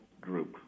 group